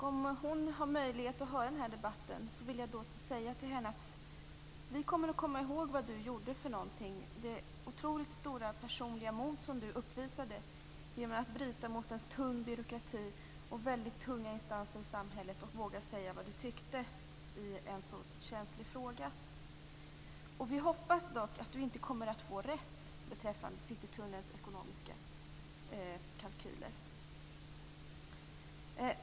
Om hon har möjlighet att höra denna debatt vill jag säga följande till henne: Vi kommer att komma ihåg vad hon gjorde, dvs. det otroligt stora personliga mod hon visade genom att bryta mot en tung byråkrati och tunga instanser i samhället och våga säga vad hon tyckte i en så känslig fråga. Vi hoppas dock att hon inte kommer att få rätt beträffande de ekonomiska kalkylerna för Herr talman!